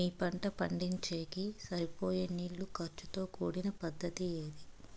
మీ పంట పండించేకి సరిపోయే నీళ్ల ఖర్చు తో కూడిన పద్ధతి ఏది?